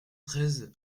treize